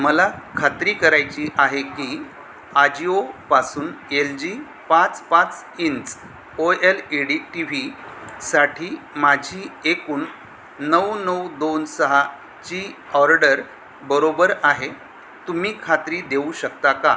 मला खात्री करायची आहे की आजिओपासून एल जी पाच पाच inch O L E D T व्हीसाठी माझी एकूण नऊ नऊ दोन सहाची ऑर्डर बरोबर आहे तुम्ही खात्री देऊ शकता का